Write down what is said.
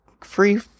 free